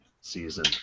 season